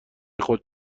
خود